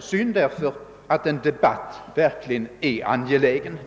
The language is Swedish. synd därför att en debatt verkligen är angelägen!